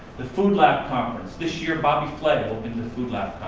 the food lab conference, this year bobby flay opened the food lab